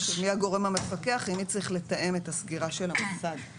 אי אפשר לדעת אם מגיעים לשם גם ילדים או צוות מרשויות אדומות.